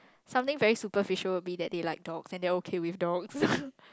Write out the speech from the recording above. something very superficial will be that they like dogs and they are okay with dogs